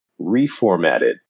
Reformatted